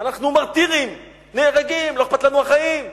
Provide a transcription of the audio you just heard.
אנחנו מרטירים, נהרגים, לא אכפת לנו החיים.